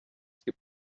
gibt